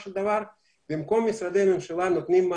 של דבר נותנים מענה במקום משרדי הממשלה,